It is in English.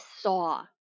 saw